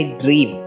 dream